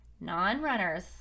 non-runners